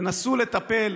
תנסו לטפל,